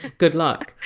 ah good luck.